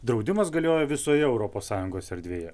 draudimas galioja visoje europos sąjungos erdvėje